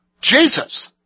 Jesus